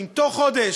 אם בתוך חודש